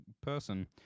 person